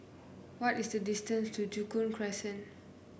what is the distance to Joo Koon Crescent